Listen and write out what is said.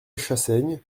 chassaigne